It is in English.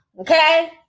Okay